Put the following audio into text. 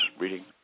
reading